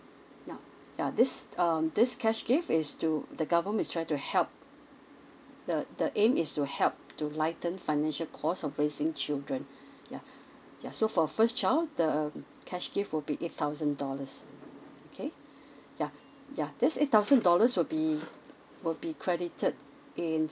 now ya this um this cash gift is to the government is trying to help the the aim is to help to lighten financial cost of raising children ya ya so for first child the cash gift will be eight thousand dollars okay yeuh yeuh this eight thousand dollars will be will be credited in